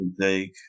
take